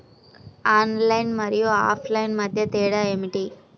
Online మరియు offline మధ్య తేడా ఏమిటీ?